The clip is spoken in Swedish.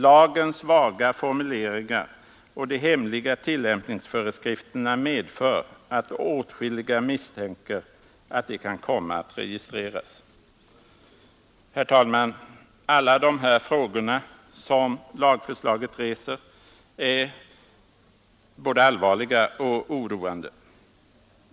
——— Lagens vaga formuleringar och de hemliga tillämpningsföreskrifterna medför att åtskilliga misstänker att de kan komma att registreras.” Herr talman! Alla dessa frågor, som föreliggande lagförslag reser, är både allvarliga och oroande.